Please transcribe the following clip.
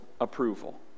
approval